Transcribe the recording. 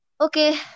Okay